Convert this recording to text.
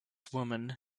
women